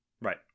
Right